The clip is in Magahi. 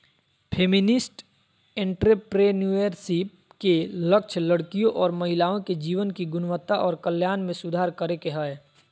फेमिनिस्ट एंट्रेप्रेनुएरशिप के लक्ष्य लड़कियों और महिलाओं के जीवन की गुणवत्ता और कल्याण में सुधार करे के हय